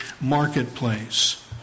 marketplace